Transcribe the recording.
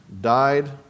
died